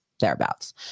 thereabouts